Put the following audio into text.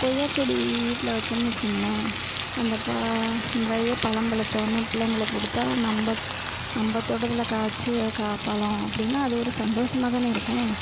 கொய்யாச் செடி வீட்டில் வச்சோம்னு வச்சுங்களேன் அந்த ப நிறைய பலம் பழுதோன்னே பிள்ளைங்களுக்கு கொடுத்தா நம்ப நம்ப தோட்டத்தில் காய்ச்சி கா பழம் அப்படின்னா அது ஒரு சந்தோஸமாக தானே இருக்கும்